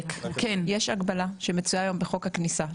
--- יש הגבלה שמצויה היום בחוק הכניסה,